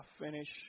finish